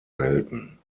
selten